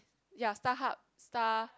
yea Starhub Star